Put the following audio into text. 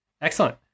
Excellent